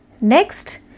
Next